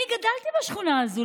אני גדלתי בשכונה הזאת.